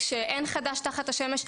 אין חדש תחת השמש.